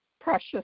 precious